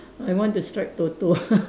I want to strike Toto